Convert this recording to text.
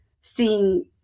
seeing